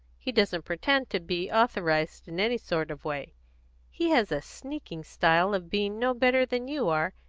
he doesn't pretend to be authorised in any sort of way he has a sneaking style of being no better than you are,